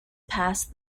past